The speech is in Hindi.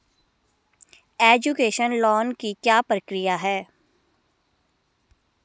एजुकेशन लोन की क्या प्रक्रिया है?